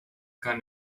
going